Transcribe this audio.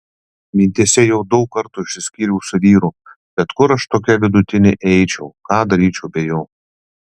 mintyse jau daug kartų išsiskyriau su vyru bet kur aš tokia vidutinė eičiau ką daryčiau be jo